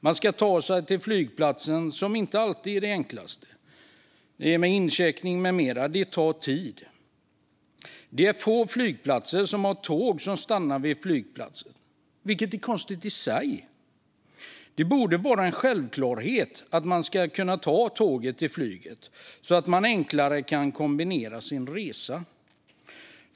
Man ska ta sig till flygplatsen, och det är inte alltid det enklaste. Sedan tillkommer incheckning och annat som tar tid. Få flygplatser har tågstationer, vilket är konstigt. Det borde vara en självklarhet att kunna ta tåget till flyget så att man enklare kan kombinera sin resa.